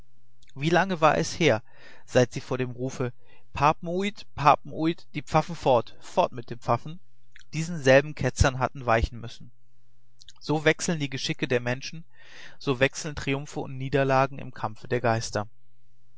wie lange war es her seit sie vor dem ruf papen uyt papen uyt die pfaffen fort fort mit den pfaffen diesen selben ketzern hatten weichen müssen so wechseln die geschicke der menschen so wechseln triumphe und niederlagen im kampfe der geister